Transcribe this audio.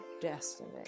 destiny